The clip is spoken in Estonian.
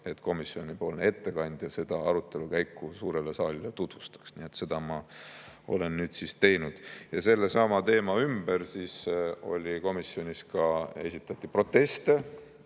et komisjoni ettekandja seda arutelu käiku suurele saalile tutvustaks. Seda ma olen nüüd siis teinud. Sellesama teema ümber esitati komisjonis ka proteste,